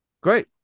Great